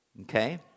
okay